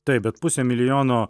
taip bet pusė milijono